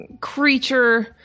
creature